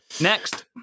Next